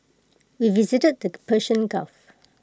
we visited the Persian gulf